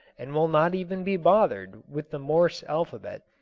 and will not even be bothered with the morse alphabet.